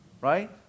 right